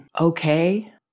okay